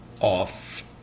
off